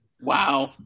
wow